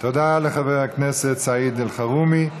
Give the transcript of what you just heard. תודה לחבר הכנסת סעיד אלחרומי.